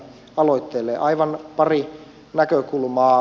aivan pari näkökulmaa